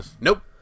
Nope